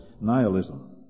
nihilism